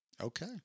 Okay